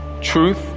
Truth